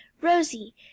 rosie